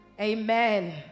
Amen